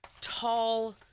tall –